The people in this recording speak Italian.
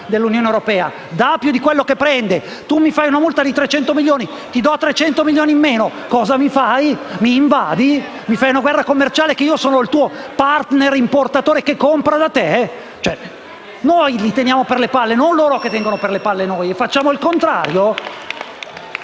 dà più di quello che prende. Tu mi fai una multa di 300 milioni, ti do 300 milioni in meno, cosa mi fai? Mi invadi? Fai una guerra commerciale e me che sono il tuo *partner* importatore che compera da te? Siamo noi che li teniamo per le palle, non loro. E facciamo il contrario?